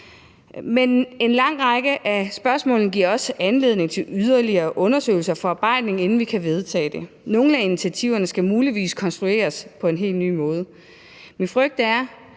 Men en lang række af spørgsmålene giver også anledning til yderligere undersøgelser og forarbejdning, inden vi kan vedtage det. Nogle af initiativerne skal muligvis konstrueres på en helt ny måde. Min frygt er,